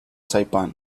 saipan